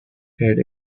had